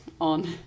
on